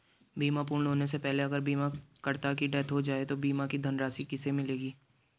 बीमा पूर्ण होने से पहले अगर बीमा करता की डेथ हो जाए तो बीमा की धनराशि किसे मिलेगी?